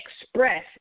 Express